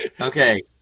Okay